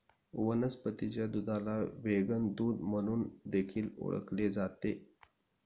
वनस्पतीच्या दुधाला व्हेगन दूध म्हणून देखील ओळखले जाते